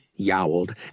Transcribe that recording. yowled